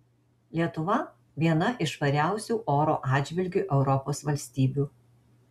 lietuva viena iš švariausių oro atžvilgiu europos valstybių